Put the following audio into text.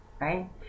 right